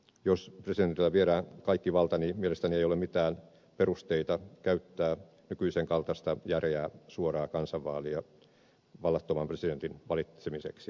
jos presidentiltä viedään kaikki valta niin mielestäni ei ole mitään perusteita käyttää nykyisen kaltaista järeää suoraa kansanvaalia vallattoman presidentin valitsemiseksi